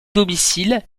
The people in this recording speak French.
domicile